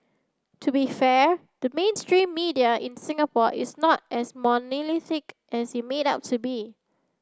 to be fair the mainstream media in Singapore is not as monolithic as it made out to be